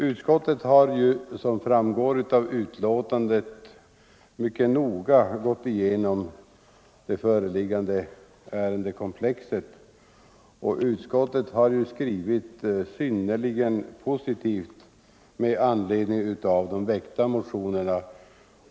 Utskottet har, som framgår av betänkandet, mycket noga gått igenom det föreliggande ärendekomplexet och skrivit synnerligen positivt med anledning av de väckta motionerna.